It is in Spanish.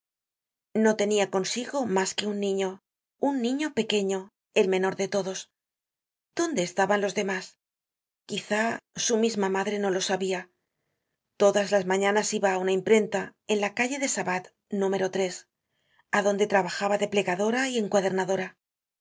no tenia consigo mas que un niño un niño pequeño el menor de todos dónde estaban los demás quizá su misma madre no lo sabia todas las mañanas iba á una imprenta en la calle de sabat núm o adonde trabajaba de plegadora y encuadernadora